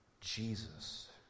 Jesus